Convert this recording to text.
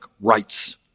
rights